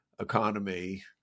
economy